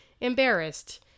embarrassed